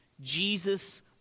Jesus